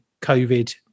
COVID